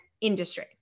industry